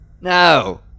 No